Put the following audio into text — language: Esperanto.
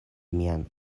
mian